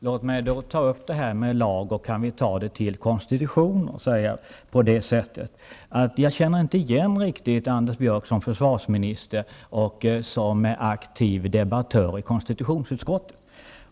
Fru talman! Låt mig då ta upp frågan om lagen och om vi kan ta upp det i konstitutionen. Jag känner inte riktigt i försvarsminister Anders Björck igen den aktive debattören i konstitutionsutskottet.